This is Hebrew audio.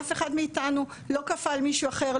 אף אחד מאיתנו לא כפה על מישהו אחר.